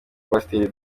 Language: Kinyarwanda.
pasiteri